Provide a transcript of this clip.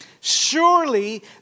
Surely